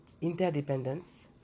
interdependence